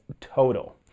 total